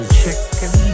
chicken